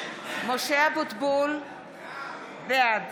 משה אבוטבול, בעד